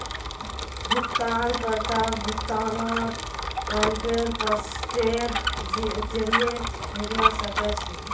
भुगतान कर्ताक भुगतान वारन्ट पोस्टेर जरीये भेजवा सके छी